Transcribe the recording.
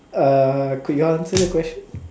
uh could you answer the question